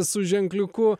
su ženkliuku